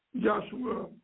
Joshua